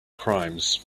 crimes